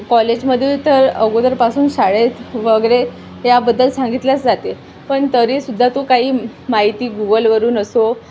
कॉलेजमध्ये तर अगोदरपासून शाळेत वगैरे याबद्दल सांगितल्यास जाते पण तरीसुद्धा तो काही माहिती गुगलवरून असो